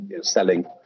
selling